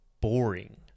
boring